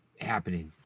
happening